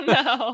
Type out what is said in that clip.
no